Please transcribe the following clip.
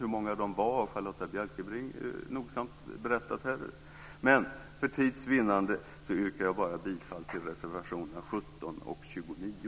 Hur många de var har Charlotta Bjälkebring nogsamt berättat. För tids vinnande yrkar jag dock bifall bara till reservationerna 17 och 29.